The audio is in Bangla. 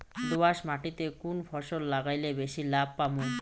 দোয়াস মাটিতে কুন ফসল লাগাইলে বেশি লাভ পামু?